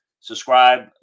Subscribe